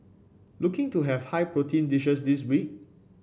looking to have high protein dishes this week